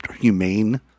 humane